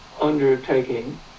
undertaking